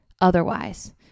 otherwise